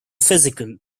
physical